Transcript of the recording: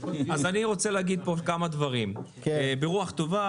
אז אני רוצה להגיד פה כמה דברים ברוח טובה